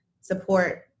support